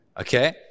okay